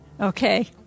okay